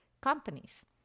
companies